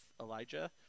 Elijah